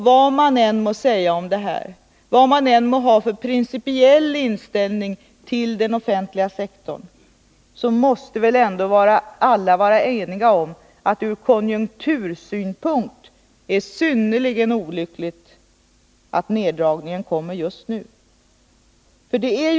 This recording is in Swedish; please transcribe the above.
Vad man än må säga om detta, vad man än må ha för principiell inställning till den offentliga sektorn, så måste alla ändå vara eniga om att det ur konjunktursynpunkt är synnerligen olyckligt att den neddragningen av den offentliga sektorns sysselsättningsutveckling kommer just nu.